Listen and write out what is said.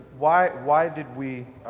why why did we,